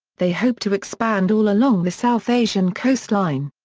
they hope to expand all along the south asian coastline.